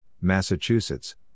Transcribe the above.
Massachusetts